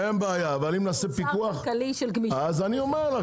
מדובר בתוצר כלכלי של גמישות --- אז אני אומר לך